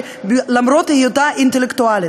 למרות היותה אינטלקטואלית.